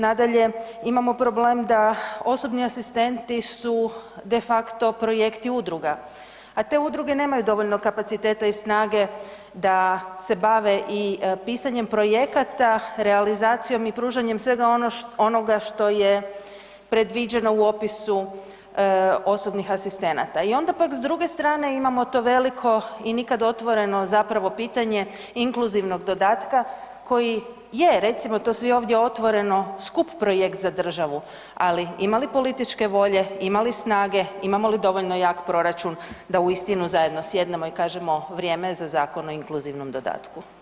Nadalje, imamo problem da osobni asistenti su de faco projekti udruga, a te udruge nemaju dovoljno kapaciteta i snage da se bave i pisanjem projekata, realizacijom i pružanjem svega onoga što je predviđeno u opisu osobnih asistenata i onda pak s druge strane imamo to veliko i nikad otvoreno zapravo pitanje inkluzivnog dodatka koji je, recimo to svi ovdje otvoreno, skup projekt za državu, ali, ima li političke volje, ima li snage, imamo li dovoljno jak proračun da uistinu zajedno sjednemo i kažemo, vrijeme je za Zakon o inkluzivnom dodatku?